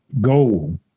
goal